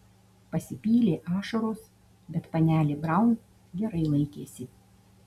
pasipylė ašaros bet panelė braun gerai laikėsi